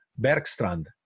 Bergstrand